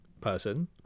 person